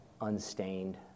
unstained